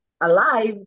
alive